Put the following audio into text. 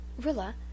Rilla